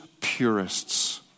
purists